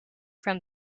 from